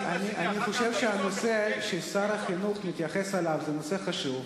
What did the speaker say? אני חושב שהנושא ששר החינוך מתייחס אליו הוא נושא חשוב,